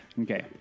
Okay